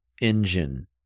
engine